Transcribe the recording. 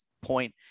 point